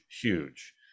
huge